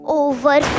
over